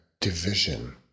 division